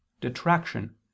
detraction